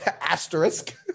asterisk